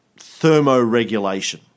thermoregulation